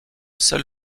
seul